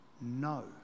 no